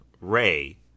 Ray